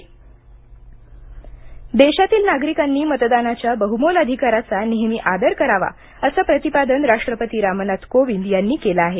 राष्ट्रपती मतदार देशातील नागरिकांनी मतदानाच्या बहुमोल अधिकाराचा नेहमी आदर करावा असे प्रतिपादन राष्ट्रपती रामनाथ कोविन्द यांनी केले आहे